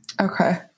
okay